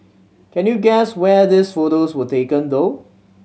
can you guess where these photos were taken though